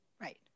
right